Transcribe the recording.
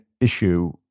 issue